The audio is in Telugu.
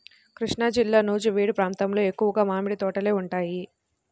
కృష్ణాజిల్లా నూజివీడు ప్రాంతంలో ఎక్కువగా మామిడి తోటలే ఉంటాయి